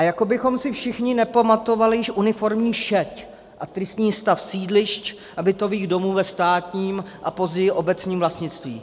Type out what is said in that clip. Jako bychom si všichni nepamatovali uniformní šeď a tristní stav sídlišť a bytových domů ve státním a později obecním vlastnictví.